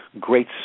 great